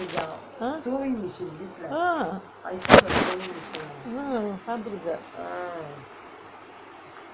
ah பாத்திருக்கேன்:paathirukkaen